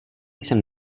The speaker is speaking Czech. jsem